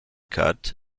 cut